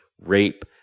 rape